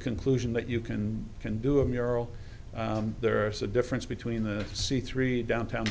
conclusion that you can can do a mural there are so difference between the c three downtown